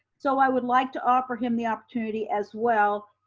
so i would like to offer him the opportunity as well,